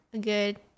good